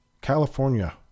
California